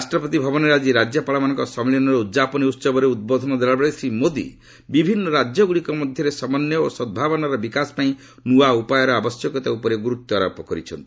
ରାଷ୍ଟ୍ରପତି ଭବନରେ ଆଜି ରାଜ୍ୟପାଳମାନଙ୍କ ସମ୍ମିଳନୀର ଉଦ୍ଯାପନୀ ଉତ୍ସବରେ ଉଦ୍ବୋଧନ ଦେଲାବେଳେ ଶ୍ରୀ ମୋଦି ବିଭିନ୍ନ ରାଜ୍ୟଗୁଡ଼ିକ ମଧ୍ୟରେ ସମନ୍ୟ ଓ ସଦ୍ଭାବନାର ବିକାଶ ପାଇଁ ନ୍ତଆ ଉପାୟର ଆବଶ୍ୟକତା ଉପରେ ଗୁରୁତ୍ୱାରୋପ କରିଛନ୍ତି